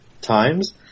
times